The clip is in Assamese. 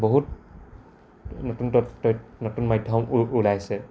বহুত নতুন নতুন মাধ্যম ওলাইছে